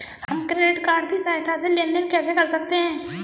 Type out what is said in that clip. हम credit card की सहायता से लेन देन कैसे कर सकते हैं?